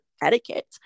etiquette